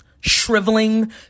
shriveling